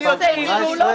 יש סעיף והוא לא